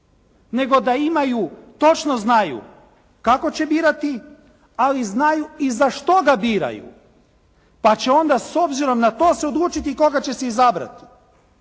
nego da imaju, točno znaju kako će birati, ali znaju i za što ga biraju. Pa će onda s obzirom na to se odlučiti i koga će si izabrati.